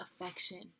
affection